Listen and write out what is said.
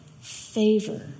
favor